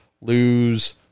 lose